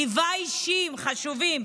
ליווה אישים חשובים,